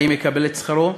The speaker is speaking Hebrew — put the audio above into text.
האם יקבל את שכרו?